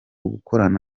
gukorana